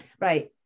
right